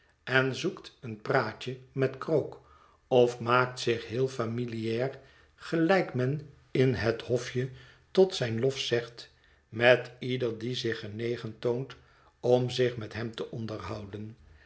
en zoekt een praatje met krook of maakt zich heel familiaar gelijk men in het hofje tot zijn lof zegt met ieder die zich genegen toont om zich met hem te onderhouden